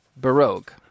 Baroque